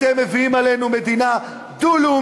אתם מביאים עלינו מדינה דו-לאומית.